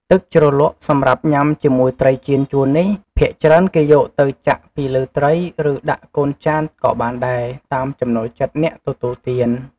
ទឹកជ្រលក់សម្រាប់ញ៉ាំជាមួយត្រីចៀនចួននេះ ភាគច្រើនគេយកទៅចាក់ពីលើត្រី ឬ ដាក់កូនចានក៏បានដែរ តាមចំណូលចិត្តអ្នកទទួលទាន។